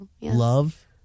love